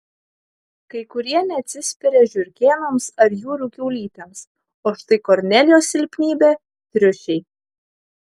kai kurie neatsispiria žiurkėnams ar jūrų kiaulytėms o štai kornelijos silpnybė triušiai